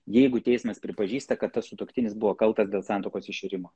jeigu teismas pripažįsta kad tas sutuoktinis buvo kaltas dėl santuokos iširimo